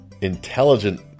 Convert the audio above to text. intelligent